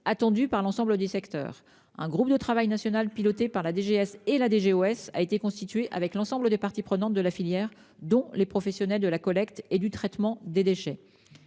attendu par l'ensemble des secteurs. Un groupe de travail national piloté par la DGS et la DGOS a été constitué avec l'ensemble des parties prenantes de la filière dont les professionnels de la collecte et du traitement des déchets.